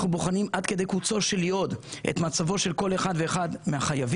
בוחנים עד כדי קוצו של יוד את מצבו של כל אחד ואחד מהחייבים.